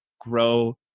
grow